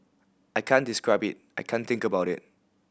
I can't describe it I can't think about it